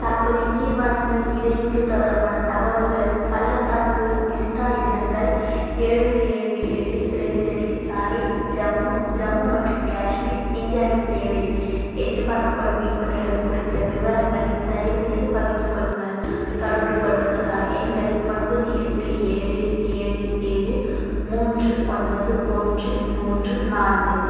தற்போதைய நீர் வளங்கள் இடையூறு தொடர்பான தகவல்கள் பள்ளத்தாக்கு விஸ்டா இல்லங்கள் ஏழு ஏழு ஏழு ரெசிடென்சி சாலை ஜம்மு ஜம்மு மற்றும் காஷ்மீர் இந்தியாவில் தேவை எதிர்பார்க்கப்படும் மீட்பு நேரம் குறித்த விவரங்களை தயவுசெய்து பகிர்ந்து கொள்ளுங்கள் தொடர்புக்கொள்வதற்கான எண்கள் ஒன்பது எட்டு ஏழு ஏழு ஏழு மூன்று ஒன்பது ஒன்று மூன்று நான்கு